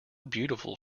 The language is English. beautiful